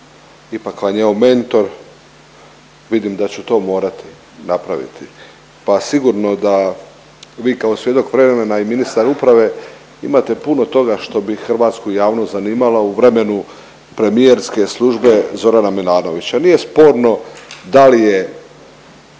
ipak vam je on mentor vidim da ću to morati napraviti. Pa sigurno da vi kao svjedok vremena i ministar uprave imate puno toga što bi hrvatsku javnost zanimalo u vremenu premijerske službe Zorana Milanovića. Nije sporno da li je